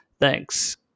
Thanks